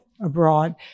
abroad